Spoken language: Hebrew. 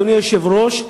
אדוני היושב-ראש,